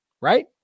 right